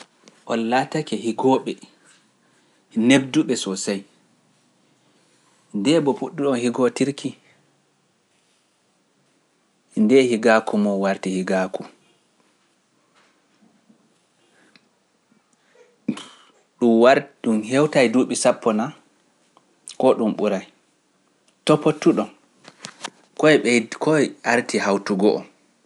Oon laatake higooɓe nebdu ɓe so sey, nde bo puɗɗu-ɗon higotirki, nde higaaku mum warti higaaku. Ɗum hewta duuɓi sappo naa, ko ɗum ɓuray, topatu ɗon, koye ɓeydi koye arti hawtugo on.